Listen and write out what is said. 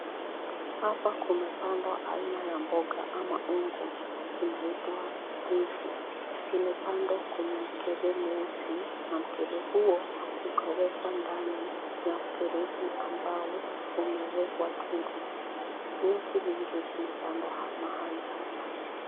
Hapa kumepandwa aina ya mboga ama ungo inaitwa mint . Imepandwa kwenye mkebe nyeusi na mkebe huyo ukawekwa ndani ya mfereji ambao umewekwa tundu. Miti mingi zimepandwa mahali hapa.